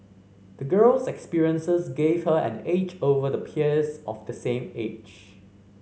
the girl's experiences gave her an edge over her peers of the same age